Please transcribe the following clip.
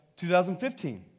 2015